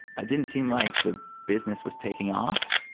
i didn't seem like the business was taking off.